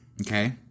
Okay